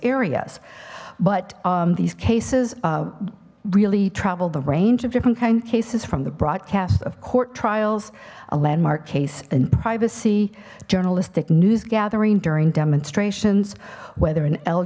areas but these cases really travel the range of different kind of cases from the broadcast of court trials a landmark case in privacy journalistic news gathering during demonstrations whether an l